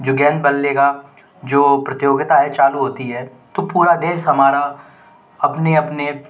जो गेंद बल्ले का जो प्रतियोगिताएं चालू होती है तो पूरा देश हमारा अपने अपने